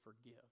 forgive